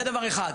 זה דבר אחד.